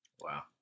Wow